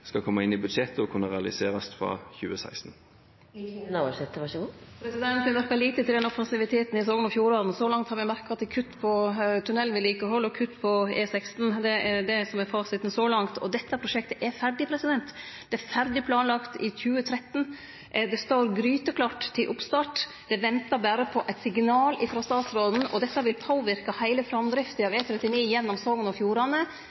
skal komme inn i budsjettet og kunne realiseres fra 2016. Eg merkar lite til den offensiviteten i Sogn og Fjordane. Så langt har eg merka at det er kutt på tunnelvedlikehald og kutt på E16. Det er det som er fasiten så langt. Og dette prosjektet er ferdig. Det var ferdig planlagt i 2013. Det står gryteklart til oppstart. Det ventar berre på eit signal frå statsråden. Dette vil påverke heile framdrifta av E39 gjennom Sogn og Fjordane.